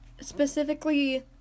Specifically